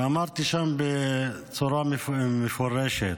ואמרתי שם בצורה מפורשת: